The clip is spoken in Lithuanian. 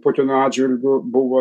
putino atžvilgiu buvo